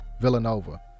Villanova